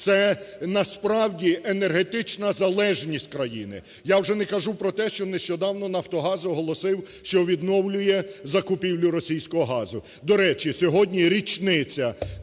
це насправді енергетична залежність країни. Я вже не кажу про те, що нещодавно "Нафтогаз" оголосив, що відновлює закупівлю російського газу. До речі, сьогодні річниця